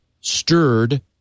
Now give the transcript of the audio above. stirred